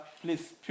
please